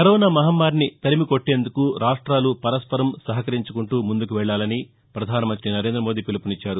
corona మహమ్మారిని తరిమికొట్టేందుకు రాష్రాలు పరస్సరం సహకరించుకుంటూ ముందుకెళ్లాలని ప్రధానమంతి నరేంద్ర మోదీ పిలుపునిచ్చారు